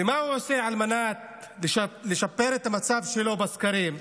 ומה הוא עושה על מנת לשפר את המצב שלו בסקרים ובימין?